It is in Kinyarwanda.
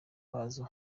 wazo